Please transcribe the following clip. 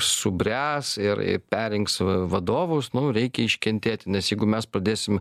subręs ir ir perrinks v vadovus nu reikia iškentėti nes jeigu mes padėsim